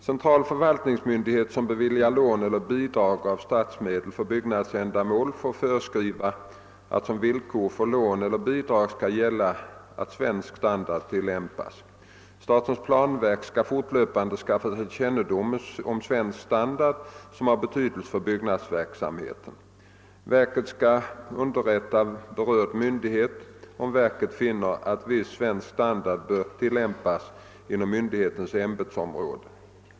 Central förvaltningsmyndighet som beviljar lån eller bidrag av statsmedel för byggnadsändamål får föreskriva att som villkor för lån eller bidrag skall gälla att svensk standard tillämpas. Statens planverk skall fortlöpande skaffa sig kännedom om svensk standard som har betydelse för byggnadsverksamheten. Verket skall underrätta berörd myndighet om verket finner att viss svensk standard bör tillämpas inom myndighetens ämbetsområde.